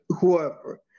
whoever